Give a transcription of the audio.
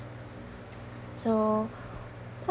so wh~